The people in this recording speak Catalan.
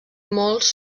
molts